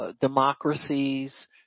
democracies